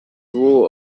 rule